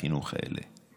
החינוך האלה.